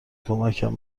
کمکم